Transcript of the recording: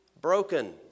broken